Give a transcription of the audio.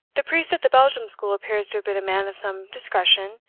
the priest at the belgium school appears to have been a man of some discretion,